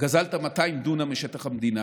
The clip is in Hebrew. וגזלת 200 דונם משטח המדינה.